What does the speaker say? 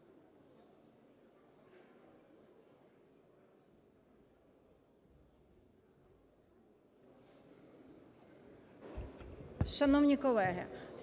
Дякую.